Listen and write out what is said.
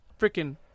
freaking